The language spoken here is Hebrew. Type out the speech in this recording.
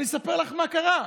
אני אספר לך מה קרה: